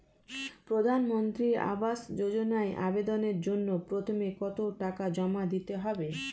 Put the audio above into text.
প্রধানমন্ত্রী আবাস যোজনায় আবেদনের জন্য প্রথমে কত টাকা জমা দিতে হবে?